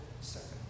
second